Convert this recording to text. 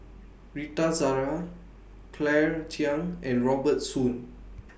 Rita Zahara Claire Chiang and Robert Soon